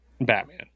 Batman